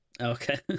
okay